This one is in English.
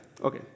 okay